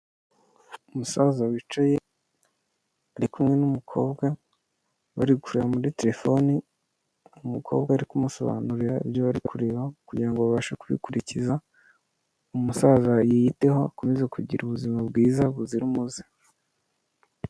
Umusaza wicaye ari kumwe n'umukobwa, bari kureba muri telefone, umukobwa arimo kumusobanurira ibyo bari kureba, kugira ngo babashe kubikurikiza, umusaza yiyiteho akomeze kugira ubuzima bwiza buzira umuze.